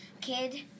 kid